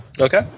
Okay